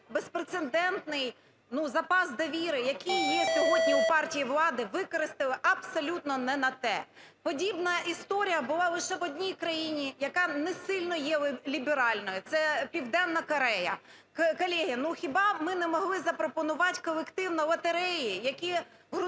безпрецедентний, ну, запас довіри, який є сьогодні у партії влади використали абсолютно не на те. Подібна історія була лише в одній країні, яка несильно є ліберальною – це Південна Корея. Колеги, ну, хіба ми не могли запропонувати колективно лотереї, які ґрунтуються